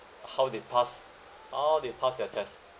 how they pass how they pass their test